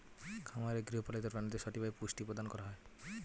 খামারে গৃহপালিত প্রাণীদের সঠিকভাবে পুষ্টি প্রদান করা হয়